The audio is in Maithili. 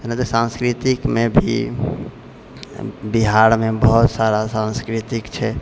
एनाहिते सांस्कृतिकमे भी बिहारमे बहुत सारा सांस्कृतिक छै